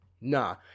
Nah